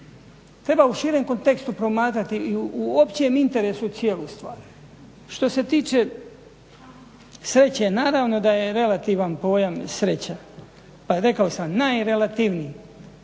Treba u širem kontekstu promatrati i u općem interesu cijelu stvar. Što se tiče sreće naravno da je relativan pojam sreća pa rekao sam najrelativniji.